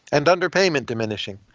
and underpayment diminishing.